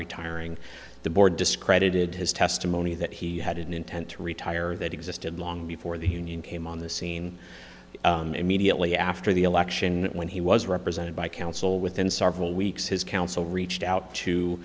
retiring the board discredited his testimony that he had an intent to retire that existed long before the union came on the scene immediately after the election when he was represented by counsel within several weeks his counsel reached out to